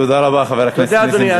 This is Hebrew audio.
תודה רבה, חבר הכנסת נסים זאב.